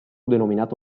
denominato